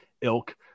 ilk